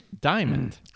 diamond